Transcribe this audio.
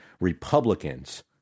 Republicans